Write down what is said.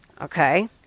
okay